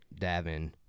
Davin